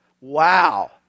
Wow